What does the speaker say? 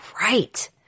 Right